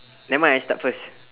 never mind I start first